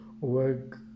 work